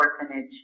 orphanage